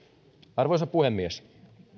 arvoisa puhemies